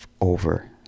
over